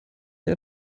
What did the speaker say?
dir